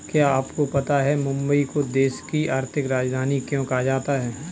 क्या आपको पता है मुंबई को देश की आर्थिक राजधानी क्यों कहा जाता है?